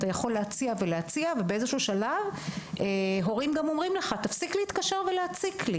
אתה יכול להציע ולהציע ולפעמים ההורים אומרים לך להפסיק להתקשר ולהציג.